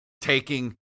taking